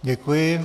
Děkuji.